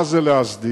מה זה "להסדיר"?